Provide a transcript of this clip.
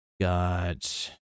Got